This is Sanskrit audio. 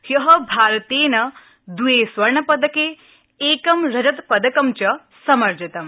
ह्यः भारतेन द्वे स्वर्ण पदके एकं रजत पदकं च समर्जितम्